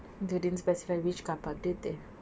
they didn't specify which car park did they